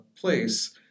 place